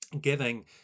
giving